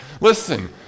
listen